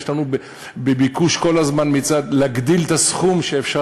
יש אלינו כל הזמן בקשות להגדיל את הסכום שאפשר